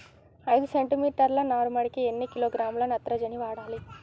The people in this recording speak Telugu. ఐదు సెంటిమీటర్ల నారుమడికి ఎన్ని కిలోగ్రాముల నత్రజని వాడాలి?